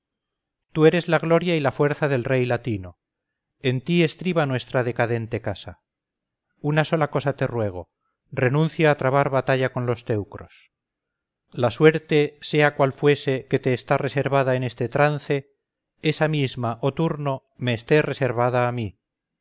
tú eres la gloria y la fuerza del rey latino en ti estriba nuestra decadente casa una sola cosa te ruego renuncia a trabar batalla con los teucros la suerte sea cual fuese que te está reservada en este trance esa misma oh turno me esté reservada a mí